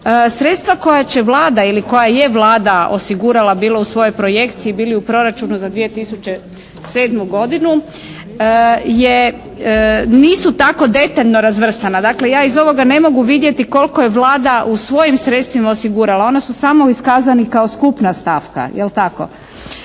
Sredstva koja će Vlada ili koja je Vlada osigurala bilo u svojoj projekciji bilo u proračunu za 2007. godinu nisu tako detaljno razvrstana. Dakle, ja iz ovoga ne mogu vidjeti koliko je Vlada u svojim sredstvima osigurala. Oni su samo iskazani kao skupna stavka. Bilo